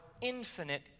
infinite